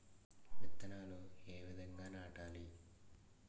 విత్తనాలు ఏ విధంగా నాటాలి?